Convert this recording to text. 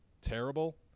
terrible